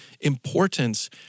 importance